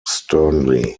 sternly